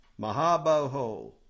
Mahabaho